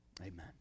Amen